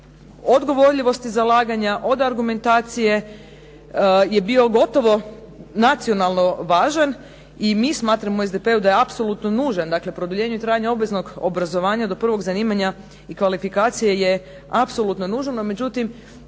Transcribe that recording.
od govorljivosti zalaganja, od argumentacije je bio gotovo nacionalno važan i mi smatramo u SDP-u da je apsolutno nužan, dakle produljenje trajanja obveznog obrazovanja do prvog zanimanja i kvalifikacije je apsolutno nužan,